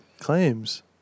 claims